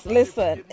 listen